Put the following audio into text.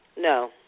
No